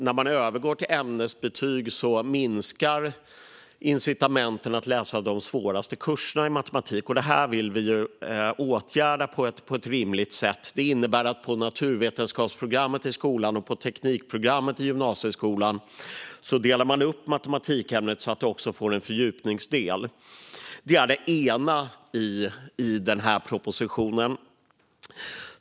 När man då övergår till ämnesbetyg blir följden att incitamenten för eleverna minskar att läsa de svåraste kurserna i matematik. Detta vill vi åtgärda på ett rimligt sätt. Det innebär att man på naturvetenskapsprogrammet och på teknikprogrammet i gymnasieskolan delar upp matematikämnet så att det också får en fördjupningsdel. Det är det ena saken som tas upp i denna proposition. Herr talman!